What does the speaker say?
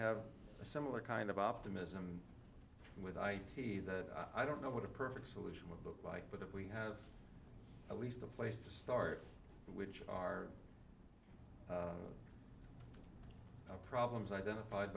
have a similar kind of optimism with id that i don't know what a perfect solution would look like but if we have at least the place to start which are the problems identified